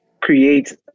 create